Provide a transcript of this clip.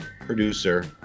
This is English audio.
producer